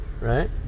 Right